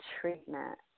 treatment